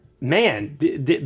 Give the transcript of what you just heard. man